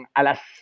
alas